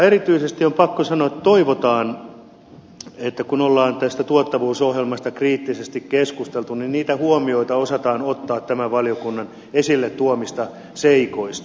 erityisesti on pakko sanoa että toivotaan että kun on tästä tuottavuusohjelmasta kriittisesti keskusteltu niin niitä huomioita osataan ottaa tämän valiokunnan esille tuomista seikoista